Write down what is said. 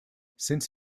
since